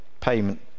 payment